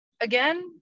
again